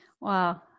Wow